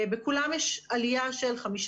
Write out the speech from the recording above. ובכולם יש עלייה של 15,